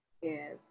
Yes